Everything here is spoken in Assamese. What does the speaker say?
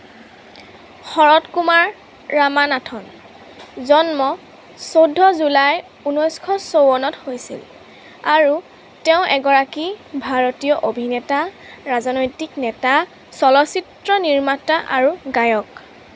শৰৎকুমাৰ ৰামানাথন জন্ম চৈধ্য জুলাই উনৈছশ চৌৱন্নত হৈছিল আৰু তেওঁ এগৰাকী ভাৰতীয় অভিনেতা ৰাজনৈতিক নেতা চলচ্চিত্ৰ নিৰ্মাতা আৰু গায়ক